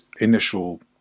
initial